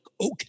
okay